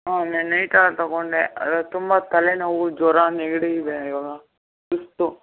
ಹಾಂ ನೆನ್ನೆ ನೈಟೆಲ್ಲ ತೊಗೋಂಡೆ ಅದು ತುಂಬ ತಲೆನೋವು ಜ್ವರ ನೆಗಡಿ ಇದೆ ಇವಾಗ ಸುಸ್ತು